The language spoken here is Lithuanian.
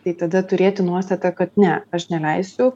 tai tada turėti nuostatą kad ne aš neleisiu